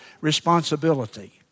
responsibility